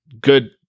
good